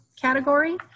category